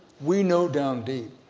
we know down deep